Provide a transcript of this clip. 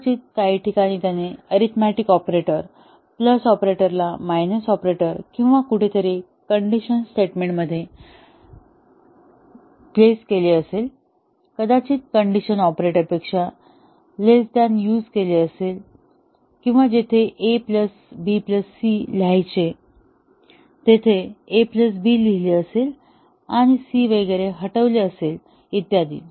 कदाचित काही ठिकाणी त्याने अरीथमेटिक ऑपरेटर प्लस ऑपरेटरला मायनस ऑपरेटर किंवा कुठेतरी कंडिशनल स्टेटमेंट मध्ये प्लेस केले असेल कदाचित कंडिशनल ऑपरेटरपेक्षा लेस दॅन युझ केले असेल किंवा जिथे a b c लिहायचे तिथे a b लिहिलेले असेल आणि c वगैरे हटवले असेल इत्यादी